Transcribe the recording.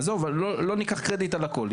עזוב, לא ניקח קרדיט על הכול.